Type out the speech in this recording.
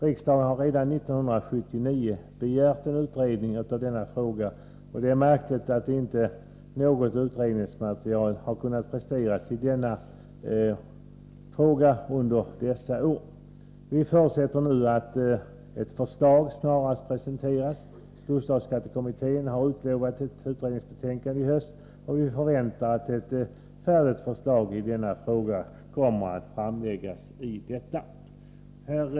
Riksdagen begärde redan 1979 en utredning om denna fråga, och det är märkligt att inte något utredningsmaterial har kunnat presteras under dessa år. Vi förutsätter nu att ett förslag snarast presenteras. Bostadsskattekommittén har utlovat ett utredningsbetänkande i höst, och vi förväntar att ett förslag i denna fråga kommer att framläggas i detta betänkande.